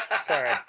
sorry